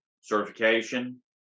certification